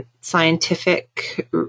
scientific